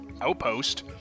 outpost